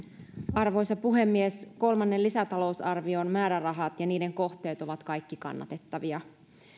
arvoisa puhemies kolmannen lisätalousarvion määrärahat ja niiden kohteet ovat kaikki kannatettavia varsinkin